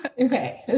okay